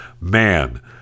Man